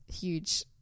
huge